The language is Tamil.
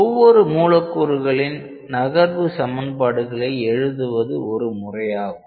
ஒவ்வொரு மூலக்கூறுகளின் நகர்வு சமன்பாடுகளை எழுதுவது ஒரு முறையாகும்